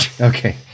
Okay